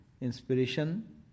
Inspiration